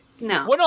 no